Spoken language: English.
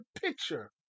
picture